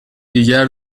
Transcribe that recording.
دیگر